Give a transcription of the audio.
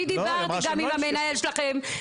אני דיברתי גם עם המנהל שלכם,